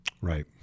Right